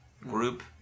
group